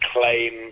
claim